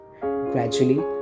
Gradually